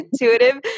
intuitive